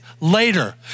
later